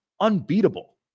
unbeatable